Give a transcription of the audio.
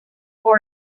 smoke